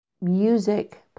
music